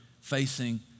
facing